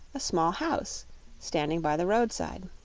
a small house standing by the road-side.